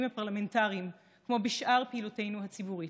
הפרלמנטריים כמו בשאר פעילותנו הציבורית.